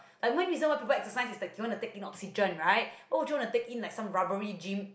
the main reason why people exercise is that they want to take in oxygen right why would you want to take in like some rubbery gym